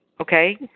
okay